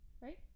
right